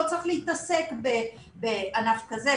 לא צריך להתעסק בענף כזה,